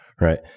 right